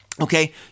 Okay